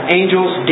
angels